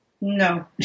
No